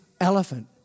elephant